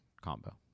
combo